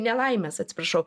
nelaimes atsiprašau